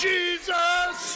Jesus